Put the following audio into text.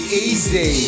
easy